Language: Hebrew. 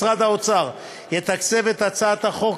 משרד האוצר יתקצב את הצעת החוק,